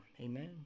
Amen